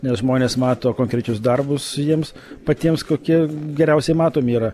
nes žmonės mato konkrečius darbus jiems patiems kokie geriausiai matomi yra